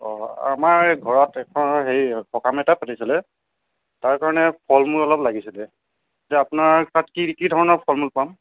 অঁ আমাৰ ঘৰত এখন হেৰি সকাম এটা পাতিছিল তাৰ কাৰণে ফল মূল অলপ লাগিছিল তে আপোনাৰ তাত কি কি ধৰণৰ ফল মূল পাম